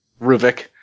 Ruvik